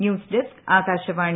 news desk Akashvani